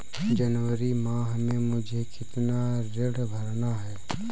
जनवरी माह में मुझे कितना ऋण भरना है?